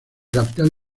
capital